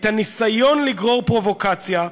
את הניסיון לגרור לפרובוקציה.